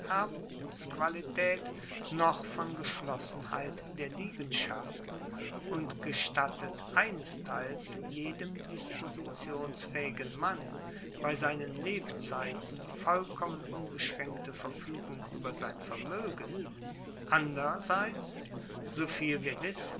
erbgutsqualitaet noch von geschlossenheit der liegenschaften und gestattet einesteils jedem dispositionsfaehigen mann bei seinen lebzeiten vollkommen unbeschraenkte verfuegung ueber sein vermoegen anderseits soviel wir wissen